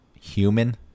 human